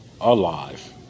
alive